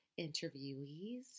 interviewees